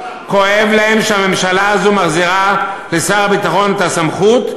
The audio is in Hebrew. כואב להם שהממשלה הזאת מחזירה לשר הביטחון את הסמכות,